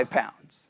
pounds